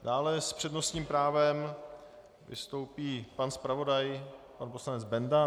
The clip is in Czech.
Dále s přednostním právem vystoupí zpravodaj pan poslanec Benda.